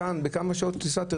כמה שעות טיסה מכאן,